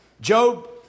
Job